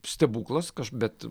stebuklas bet